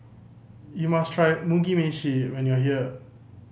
you must try Mugi Meshi when you are here